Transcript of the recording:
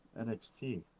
NXT